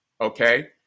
Okay